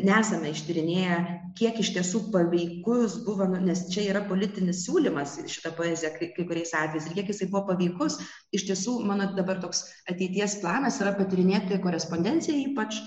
nesame ištyrinėję kiek iš tiesų paveikus buvo nes čia yra politinis siūlymas šita poezija kai kai kuriais atvejais ir kiek jisai buvo paveikus iš tiesų mano dabar toks ateities planas yra patyrinėti korespondenciją ypač